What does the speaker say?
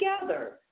together